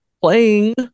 playing